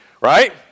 right